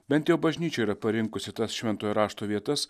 bent jau bažnyčia yra parinkusi tas šventojo rašto vietas